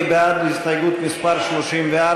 מי בעד הסתייגות מס' 34?